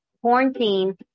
quarantine